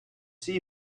see